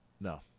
No